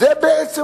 זאת בעצם